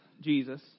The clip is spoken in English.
Jesus